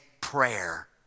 prayer